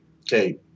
Okay